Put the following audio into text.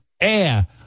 air